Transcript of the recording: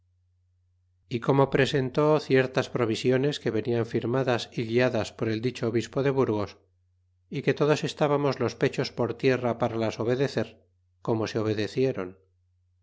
y como presentó ciertas provisiones que venían firmadas e guiadas por el dicho obispo de burgos y que todos estábamos los pechos por tierra para las obedecer como se